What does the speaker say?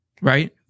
Right